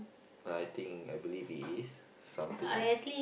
I think I believe it is something